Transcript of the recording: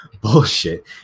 Bullshit